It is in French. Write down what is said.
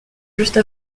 juste